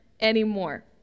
anymore